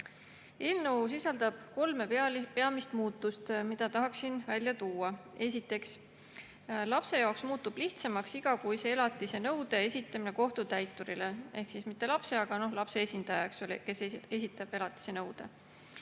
Eelnõu sisaldab kolme peamist muutust, mida tahaksin välja tuua. Esiteks, lapse jaoks muutub lihtsamaks igakuise elatise nõude esitamine kohtutäiturile. Ehk mitte lapse, vaid lapse esindaja, kes esitab elatisenõude.